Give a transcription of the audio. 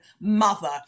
mother